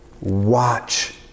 Watch